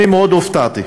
אני מאוד הופתעתי.